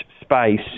space